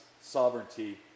sovereignty